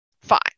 Fine